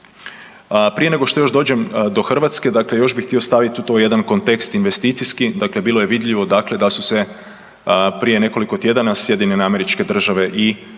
Prije nego što još dođem do Hrvatske još bih htio staviti u to jedan kontekst investicijski, dakle bilo je vidljivo da su se prije nekoliko tjedana SAD i Europa sastale